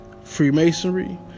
Freemasonry